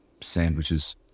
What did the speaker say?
sandwiches